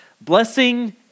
Blessing